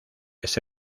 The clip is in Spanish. ese